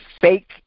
fake